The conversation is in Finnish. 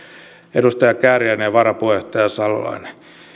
edustaja kääriäinen ja varapuheenjohtaja salolainen